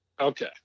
Okay